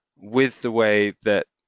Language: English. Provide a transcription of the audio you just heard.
with the way that